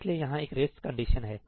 इसलिए यहां एक रेस कंडीशन है